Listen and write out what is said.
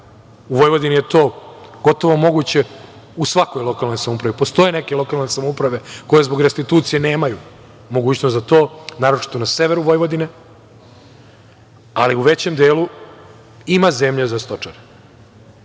U Vojvodini je to gotovo moguće u svakoj lokalnoj samoupravi, postoje neke lokalne samouprave koje zbog restitucije nemaju mogućnost za to, naročito na severu Vojvodine, ali u većem delu ima zemlje za stočare. Kada